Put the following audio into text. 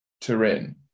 Turin